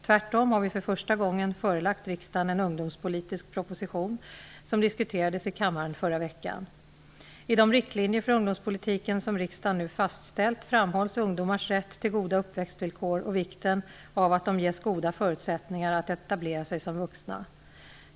Tvärtom har vi för första gången förelagt riksdagen en ungdomspolitisk proposition som diskuterades i kammaren förra veckan. I de riktlinjer för ungdomspolitiken som riksdagen nu fastställt framhålls ungdomars rätt till goda uppväxtvillkor och vikten av att de ges goda förutsättningar att etablera sig som vuxna.